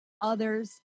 others